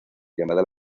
llamada